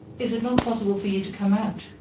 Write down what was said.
is it not possible for you to come out?